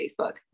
Facebook